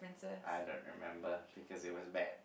I don't remember because it was bad